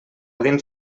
dins